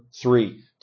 three